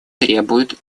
требуют